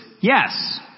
yes